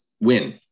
win